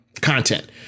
content